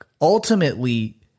ultimately